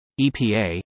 EPA